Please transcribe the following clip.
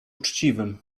uczciwym